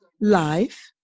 life